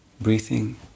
Breathing